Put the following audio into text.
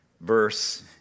verse